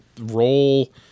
role